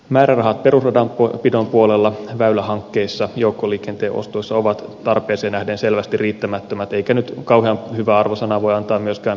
määrärahat perusradanpidon puolella väylähankkeissa joukkoliikenteen ostoissa ovat tarpeeseen nähden selvästi riittämättömät eikä nyt kauhean hyvää arvosanaa voi antaa myöskään perustienpidon puolella